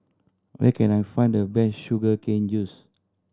where can I find the best sugar cane juice